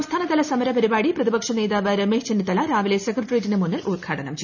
സംസ്ഥാനതല സമര പരിപാടി പ്രതിപക്ഷ നേതാവ് രമേശ് ചെന്നിത്തല രാവിലെ സെക്രട്ടറിയേറ്റിന് മുന്നിൽ ഉദ്ഘാടനം ചെയ്തു